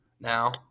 now